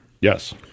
Yes